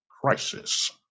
crisis